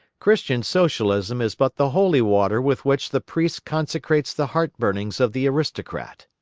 christian socialism is but the holy water with which the priest consecrates the heart-burnings of the aristocrat.